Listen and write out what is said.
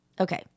okay